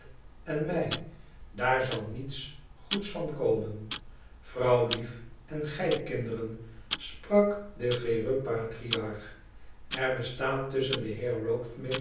en mij daar zal niets goeds van komen vrouwlief en gij kinderen sprak de cherub patriarch er bestaat tusschen den